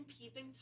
peeping